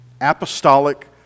apostolic